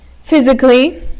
physically